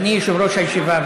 ואני יושב-ראש הישיבה,